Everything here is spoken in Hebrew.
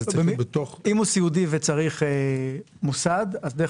אז זה צריך להיות בתוך --- אם הוא סיעודי וצריך מוסד,